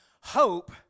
Hope